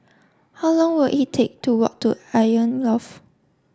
how long will it take to walk to Icon Loft